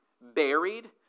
buried